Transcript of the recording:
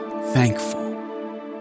thankful